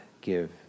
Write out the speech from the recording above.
give